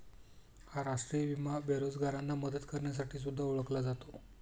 हा राष्ट्रीय विमा बेरोजगारांना मदत करण्यासाठी सुद्धा ओळखला जातो